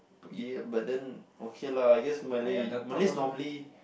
ya but then okay lah I guess Malay Malays normally